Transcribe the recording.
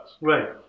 Right